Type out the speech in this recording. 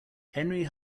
henry